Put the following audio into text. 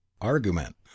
argument